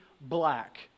black